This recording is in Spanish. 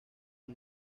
los